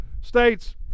states